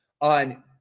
on